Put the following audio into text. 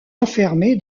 enfermé